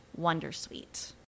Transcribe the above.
Wondersuite